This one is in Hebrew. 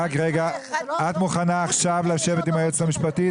את מוכנה עכשיו לשבת עם היועצת המשפטית?